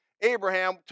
Abraham